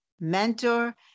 mentor